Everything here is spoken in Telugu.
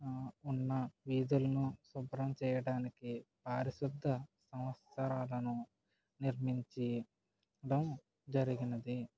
ఉన్న వీధుల్ను శుభ్రం చేయటానికి పారిశుద్ధ సంస్థలను నిర్మించడం జరిగినది